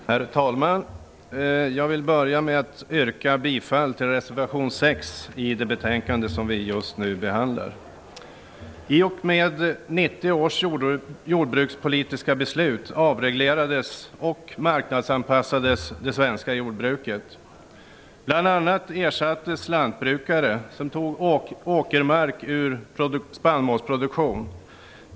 Herr talman! Jag vill börja med att yrka bifall till reservation 6 till det betänkande som vi just nu behandlar. I och med 1990 års jordbrukspolitiska beslut avreglerades och marknadsanpassades det svenska jordbruket. Bl.a. ersattes lantbrukare som tog åkermark ur spannmålsproduktion.